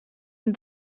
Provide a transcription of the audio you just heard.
into